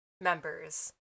members